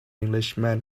englishman